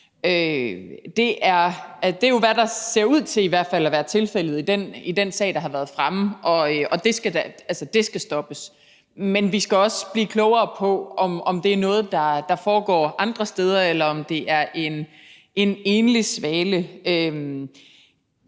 Det ser ud til at være tilfældet, i hvert fald i den sag, der har været fremme, og det skal stoppes. Men vi skal også blive klogere på, om det er noget, der foregår andre steder, eller om det er en enlig svale.